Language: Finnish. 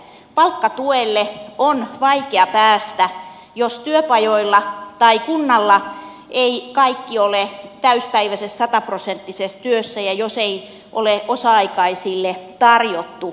palkkatuelle on vaikea päästä jos työpajoilla tai kunnalla eivät kaikki ole täysipäiväisessä sataprosenttisessa työssä ja jos ei ole osa aikaisille tarjottu siinä välillä